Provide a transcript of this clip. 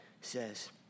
says